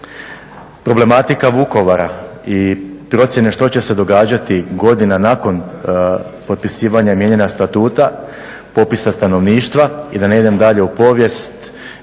problematika Vukovara i procjene što će se događati godina nakon potpisivanja i mijenjanja Statuta, popisa stanovništva i da ne idem dalje u povijest